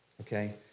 okay